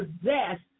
possess